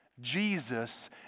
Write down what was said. Jesus